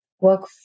work